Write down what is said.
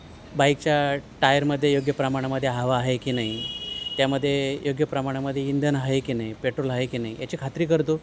बाईकच्या टायरमध्ये योग्य प्रमाणामध्ये हवा आहे की नाही त्यामध्ये योग्य प्रमाणामध्ये इंधन आहे की नाही पेट्रोल आहे की नाही याची खात्री करतो